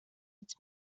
its